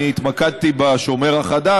אני התמקדתי בשומר החדש,